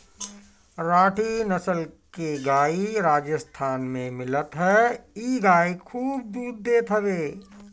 राठी नसल के गाई राजस्थान में मिलत हअ इ गाई खूब दूध देत हवे